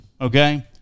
Okay